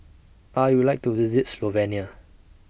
I Would like to visit Slovenia